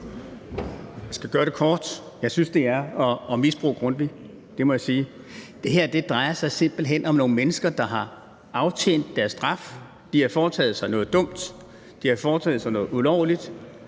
Jeg skal gøre det kort. Jeg synes, det er at misbruge Grundtvig. Det må jeg sige. Det her drejer sig simpelt hen om nogle mennesker, der har udstået deres straf. De har foretaget sig noget dumt, de har foretaget sig noget ulovligt,